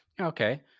okay